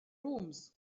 rooms